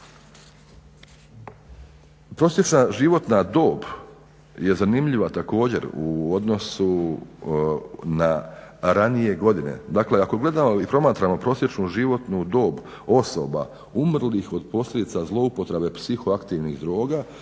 Prosječna životna dob je zanimljiva također u odnosu na ranije godine. Dakle, ako gledamo i promatramo prosječnu životnu dob osoba umrlih od posljedica zlouporabe psihoaktivnih droga